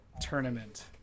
tournament